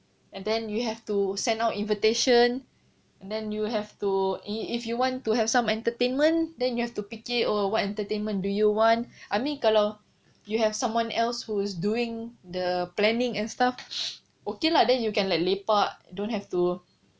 and then you have to send out invitation then you have to you if you want to have some entertainment then you have to fikir oh what entertainment do you want I mean kalau you have someone else who is doing the planning and stuff okay lah then you can like lepak don't have to